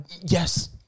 yes